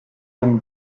been